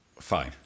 Fine